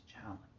challenge